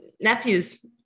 nephews